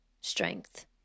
strength